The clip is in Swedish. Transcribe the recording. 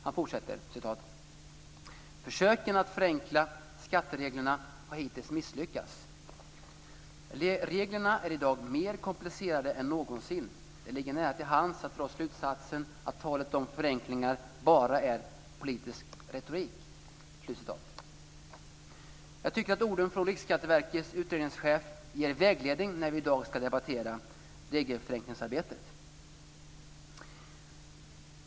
Han fortsätter: "Försöken att förenkla skattereglerna har hittills misslyckats. Reglerna är idag mer komplicerade än någonsin. Det ligger nära till hands att dra slutsatsen att talet om förenklingar bara är politisk retorik." Jag tycker att orden från Riksskatteverkets utredningschef ger vägledning när vi i dag ska debattera regelförenklingsarbetet.